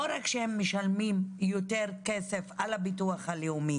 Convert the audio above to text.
לא רק שהם משלמים יותר כסף על הביטוח הלאומי